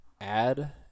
add